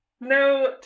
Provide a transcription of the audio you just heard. No